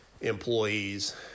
employees